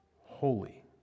holy